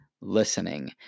listening